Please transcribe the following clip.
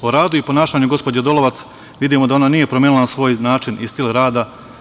Po radu i ponašanju gospođe Dolovac vidimo da ona nije promenila svoj način i stil rada.